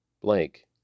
blank